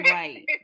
right